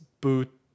boot